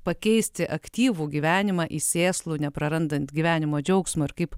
pakeisti aktyvų gyvenimą į sėslų neprarandant gyvenimo džiaugsmo ir kaip